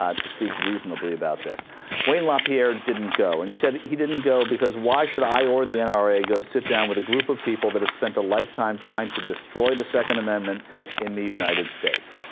um to speak reasonably about this win lapierre didn't go and he said he didn't go because why should i or the n r a go sit down with group of people that have spent a lifetime trying to destroy the second amendment in the united states